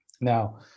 Now